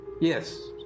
Yes